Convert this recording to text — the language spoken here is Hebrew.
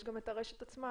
יש גם את הרשת עצמה,